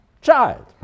child